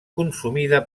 consumida